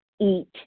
eat